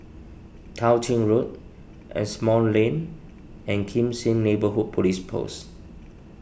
Tao Ching Road Asimont Lane and Kim Seng Neighbourhood Police Post